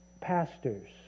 pastors